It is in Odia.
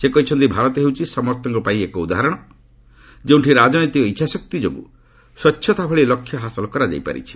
ସେ କହିଛନ୍ତି ଭାରତ ହେଉଛି ସମସ୍ତଙ୍କ ପାଇଁ ଏକ ଉଦାହରଣ ଯେଉଁଠି ରାଜନୈତିକ ଇଚ୍ଛାଶକ୍ତି ଯୋଗୁଁ ସ୍ୱଚ୍ଛତା ଭଳି ଲକ୍ଷ୍ୟ ହାସଲ କରାଯାଇପାରିଛି